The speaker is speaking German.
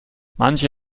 manche